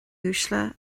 uaisle